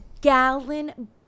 gallon